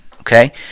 Okay